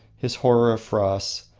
his horror of frosts,